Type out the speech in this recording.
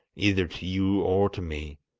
either to you or to me!